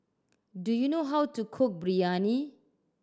do you know how to cook Biryani